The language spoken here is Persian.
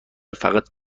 فقط